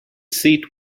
seat